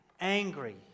Angry